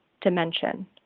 dimension